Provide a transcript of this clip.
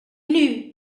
knew